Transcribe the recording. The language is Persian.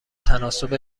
تناسب